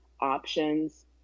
Options